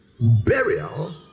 burial